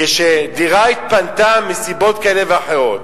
כשדירה התפנתה מסיבות כאלה ואחרות,